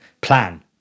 plan